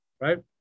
right